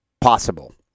possible